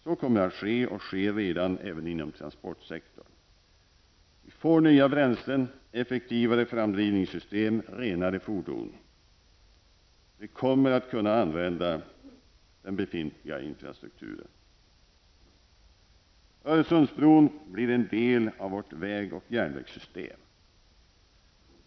Så kommer att ske -- och sker redan -- även inom transportsektorn. Vi får nya bränslen, effektivare framdrivningssystem och renare fordon. De kommer att kunna använda den befintliga infrastrukturen. Öresundsbron blir en del av vårt väg och järnvägssystem.